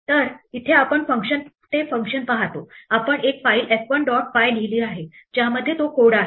तर इथे आपण ते फंक्शन पाहतो आपण एक फाईल f1 डॉट py लिहिली आहे ज्यामध्ये तो कोड आहे